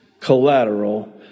collateral